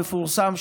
המפורסם,